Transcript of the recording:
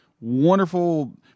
Wonderful